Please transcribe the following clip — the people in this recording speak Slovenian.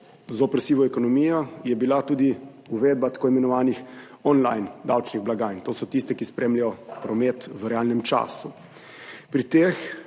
zoper sivo ekonomijo je bila tudi uvedba tako imenovanih on-line davčnih blagajn, to so tiste, ki spremljajo promet v realnem času. Pri teh